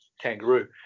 kangaroo